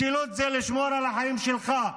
משילות זה לשמור על החיים שלך,